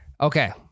okay